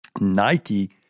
Nike